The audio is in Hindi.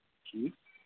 जी